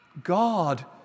God